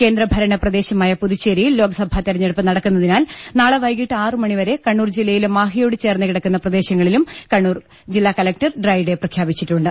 കേന്ദ്രഭരണ പ്രദേശമായ പുതുച്ചേരിയിൽ ലോക്സഭാ തെരഞ്ഞെടുപ്പ് നടക്കുന്നതിനാൽ നാളെ വൈ കിട്ട് ആറ് മണി വരെ കണ്ണൂർ ജില്ലയിലെ മാഹിയോട് ചേർന്നുകിടക്കുന്ന പ്രദേശങ്ങളിലും കണ്ണൂർ കലക്ടർ ഡ്രൈഡേ പ്രഖ്യാപിച്ചിട്ടുണ്ട്